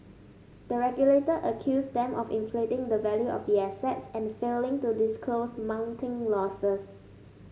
the regulator accused them of inflating the value of the assets and failing to disclose mounting losses